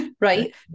right